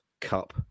Cup